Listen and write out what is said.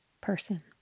person